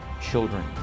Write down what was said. children